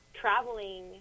Traveling